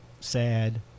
sad